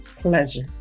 pleasure